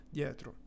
dietro